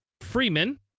Freeman